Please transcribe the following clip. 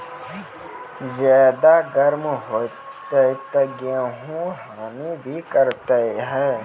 ज्यादा गर्म होते ता गेहूँ हनी भी करता है?